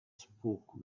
spoke